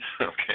Okay